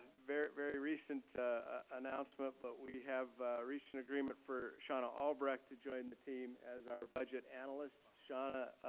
very very recent announcement, but we have recent agreement for shauna albrecht to join the team as our budget analyst. shauna,